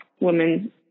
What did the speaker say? women